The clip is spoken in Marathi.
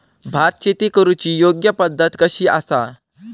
भात शेती करुची योग्य पद्धत कशी आसा?